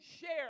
share